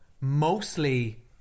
mostly